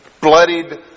bloodied